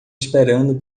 esperando